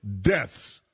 deaths